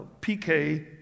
PK